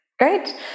Great